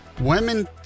women